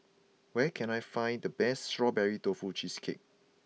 where can I find the best Strawberry Tofu Cheesecake